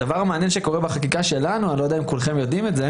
הדבר המעניין שקורה בחקיקה שלנו אני לא יודע אם כולכם יודעים את זה